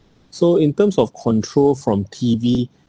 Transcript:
so in terms of control from T_V